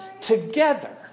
together